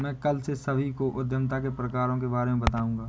मैं कल से सभी को उद्यमिता के प्रकारों के बारे में बताऊँगा